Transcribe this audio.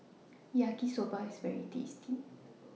Yaki Soba IS very tasty